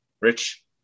Rich